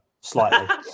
slightly